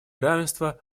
равенство